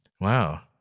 wow